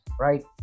right